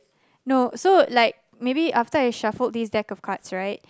no so like maybe after I shuffled this deck of cards right